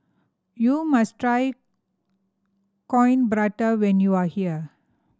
you must try Coin Prata when you are here